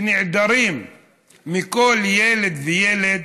שחסרים לכל ילד וילד,